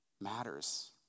matters